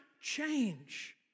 change